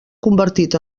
convertit